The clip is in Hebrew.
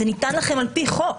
זה ניתן לכם על פי חוק.